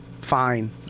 fine